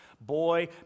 Boy